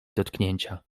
dotknięcia